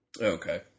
Okay